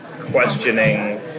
questioning